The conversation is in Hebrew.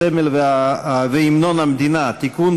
הסמל והמנון המדינה (תיקון,